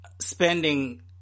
Spending